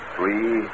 Three